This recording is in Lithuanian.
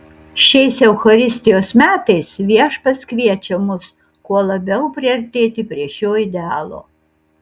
šiais eucharistijos metais viešpats kviečia mus kuo labiau priartėti prie šio idealo